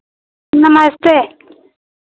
नमस्ते